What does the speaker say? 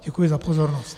Děkuji za pozornost.